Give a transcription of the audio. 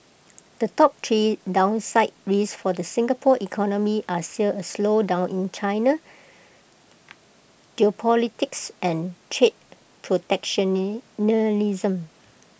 the top three downside risks for the Singapore economy are still A slowdown in China geopolitics and trade